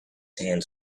hands